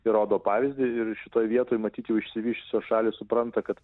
ir rodo pavyzdį ir šitoj vietoj matyt jau išsivysčiusios šalys supranta kad